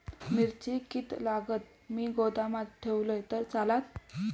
मिरची कीततागत मी गोदामात ठेवलंय तर चालात?